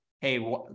Hey